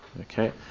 Okay